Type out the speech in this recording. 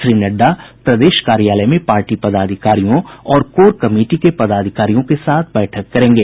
श्री नड़डा प्रदेश कार्यालय में पार्टी पदाधिकारियों और कोर कमिटी के पदाधिकारियों के साथ बैठक करेंगे